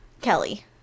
Kelly